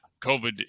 COVID